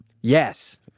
Yes